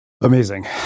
Amazing